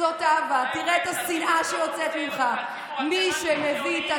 תראה איזה יופי, כמה אהבה אתה מביא.